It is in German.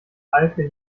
alke